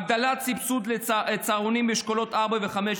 הגדלת סבסוד לצהרונים באשכולות 4 ו-5,